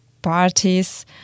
parties